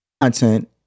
content